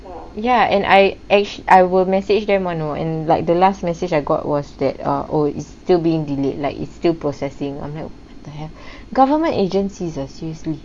ya and I I I will message them [one] know in like the last message I got was that ah oh it's still being delayed like it's still processing government agencies are seriously